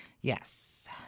Yes